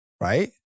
right